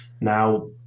Now